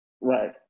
Right